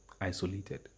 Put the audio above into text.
isolated